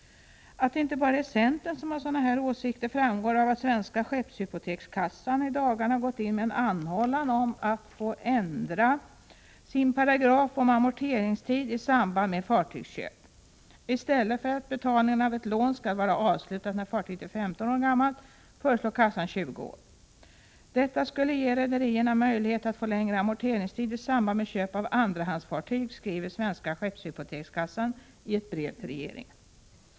Att det inte bara är centern som har sådana här åsikter framgår av att Svenska skeppshypotekskassan i dagarna gått in med en anhållan om att få ändra sin paragraf om amorteringstid i samband med fartygsköp. I stället för att betalning av ett lån skall vara avslutad när fartyget är 15 år gammalt föreslår kassan 20 år. Detta skulle ge rederierna möjlighet att få längre amorteringstid i samband med köp av andrahandsfartyg, skriver Svenska skeppshypotekskassan i ett brev till regeringen.